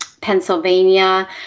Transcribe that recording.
Pennsylvania